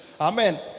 Amen